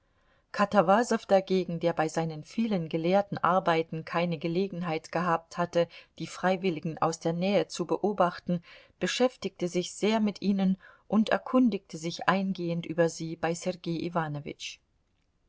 katawasow dagegen der bei seinen vielen gelehrten arbeiten keine gelegenheit gehabt hatte die freiwilligen aus der nähe zu beobachten beschäftigte sich sehr mit ihnen und erkundigte sich eingehend über sie bei sergei